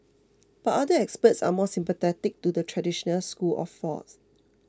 but other experts are more sympathetic to the traditional school of thought